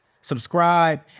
subscribe